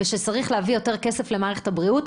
ושצריך להביא יותר כסף למערכת הבריאות.